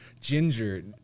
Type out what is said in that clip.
ginger